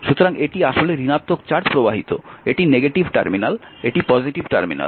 সুতরাং এটি আসলে ঋণাত্মক চার্জ প্রবাহিত এটি নেগেতিভ টার্মিনাল এটি পজিটিভ টার্মিনাল